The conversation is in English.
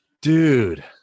Dude